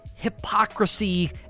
hypocrisy